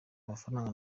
mafaranga